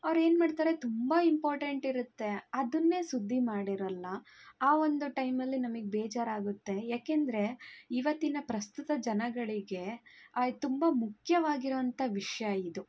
ಅವ್ರೇನು ಮಾಡ್ತಾರೆ ತುಂಬ ಇಂಪಾರ್ಟೆಂಟ್ ಇರುತ್ತೆ ಅದನ್ನೇ ಸುದ್ದಿ ಮಾಡಿರಲ್ಲ ಆ ಒಂದು ಟೈಮಲ್ಲಿ ನಮಗ್ ಬೇಜಾರಾಗುತ್ತೆ ಯಾಕೆಂದರೆ ಇವತ್ತಿನ ಪ್ರಸ್ತುತ ಜನಗಳಿಗೆ ತುಂಬ ಮುಖ್ಯವಾಗಿರುವಂತ ವಿಷಯ ಇದು